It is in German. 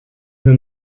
hier